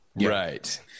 Right